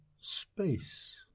space